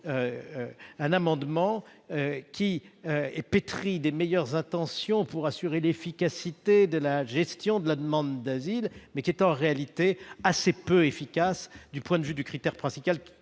d'une proposition pétrie des meilleures intentions pour assurer l'efficacité de la gestion de la demande d'asile, mais qui est en réalité assez peu efficace au regard de ce critère, alors